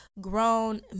grown